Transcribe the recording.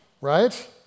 right